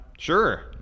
sure